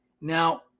Now